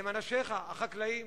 הם אנשיך, החקלאים.